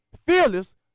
Fearless